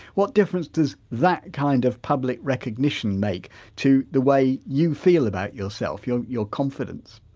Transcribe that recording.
what difference does that kind of public recognition make to the way you feel about yourself your your confidence?